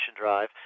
drive